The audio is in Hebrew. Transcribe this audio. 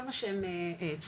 כל מה שהם צריכים.